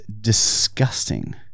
disgusting